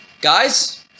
Guys